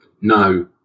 No